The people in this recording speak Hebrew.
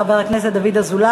של חבר הכנסת דוד אזולאי,